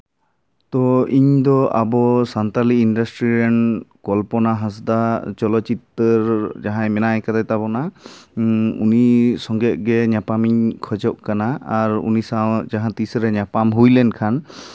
ᱛᱳ ᱤᱧ ᱫᱚ ᱟᱵᱚ ᱥᱟᱱᱛᱟᱞᱤ ᱤᱱᱰᱟᱥᱴᱨᱤ ᱨᱮᱱ ᱠᱚᱞᱯᱚᱱᱟ ᱦᱟᱸᱥᱫᱟ ᱪᱚᱞᱚᱛᱪᱤᱛᱟᱹᱨ ᱡᱟᱦᱟᱸᱭ ᱢᱮᱱᱟᱭ ᱠᱟᱫᱮ ᱛᱟᱵᱚᱱᱟ ᱩᱱᱤ ᱥᱚᱸᱜᱮᱜ ᱜᱮ ᱧᱟᱯᱟᱢᱤᱧ ᱠᱷᱚᱡᱚᱜ ᱠᱟᱱᱟ ᱟᱨ ᱩᱱᱤ ᱥᱟᱶ ᱡᱟᱦᱟᱸ ᱛᱤᱥᱨᱮ ᱧᱟᱯᱟᱢ ᱦᱩᱭ ᱞᱮᱱᱠᱷᱟᱱ